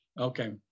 Okay